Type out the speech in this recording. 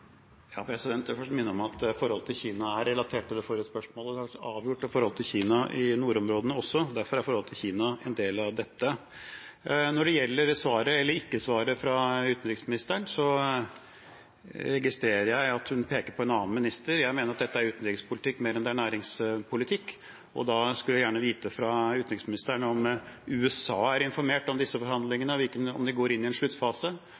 Jeg vil først minne om at forholdet til Kina er relatert til det forrige spørsmålet. Det er jo så avgjort et forhold til Kina i nordområdene også, og derfor er forholdet til Kina en del av dette. Når det gjelder svaret eller ikke svaret fra utenriksministeren, registrerer jeg at hun peker på en annen minister. Jeg mener at dette er utenrikspolitikk mer enn det er næringspolitikk. Da ønsker jeg gjerne å vite fra utenriksministeren om USA er informert om disse forhandlingene, om de går inn i en sluttfase,